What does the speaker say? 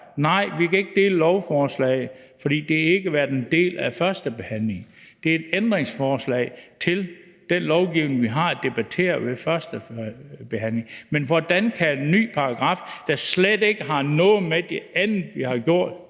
Nej, vi kan ikke dele lovforslaget, fordi det ikke har været en del af førstebehandlingen. Det er et ændringsforslag til det lovforslag, vi har debatteret ved førstebehandlingen. Men hvordan kan en ny paragraf, der slet ikke har noget med det andet, vi har